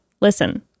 Listen